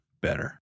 better